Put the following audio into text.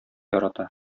ярата